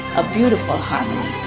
a beautiful harmony.